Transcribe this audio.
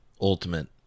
ultimate